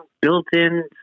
built-in